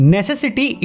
Necessity